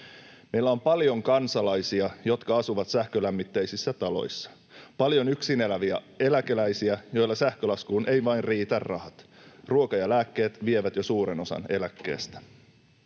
Meillä on paljon kansalaisia, jotka asuvat sähkölämmitteisissä taloissa, paljon yksin eläviä eläkeläisiä, joilla sähkölaskuun eivät vain riitä rahat. Ruoka ja lääkkeet vievät jo suuren osan eläkkeestä.